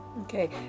Okay